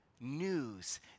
news